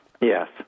Yes